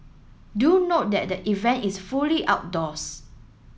do note that the event is fully outdoors